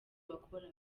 bakora